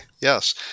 yes